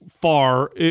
far